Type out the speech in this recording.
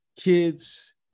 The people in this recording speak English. kids